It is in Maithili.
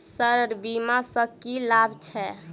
सर बीमा सँ की लाभ छैय?